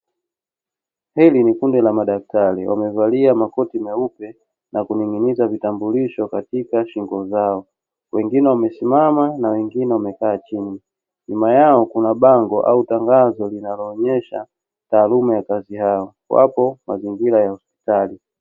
Hili ni kundi la madaktari. Wamevalia makoti meupe na kuning'iniza vitambulisho katika shingo zao, wengine wamesimama na wengine wamekaa chini. Nyuma yao kuna bango au tangazo linaloonyesha taaluma ya kazi yao; wapo mazingira ya hospitali.